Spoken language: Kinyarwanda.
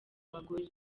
abagore